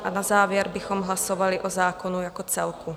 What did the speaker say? A na závěr bychom hlasovali o zákonu jako celku.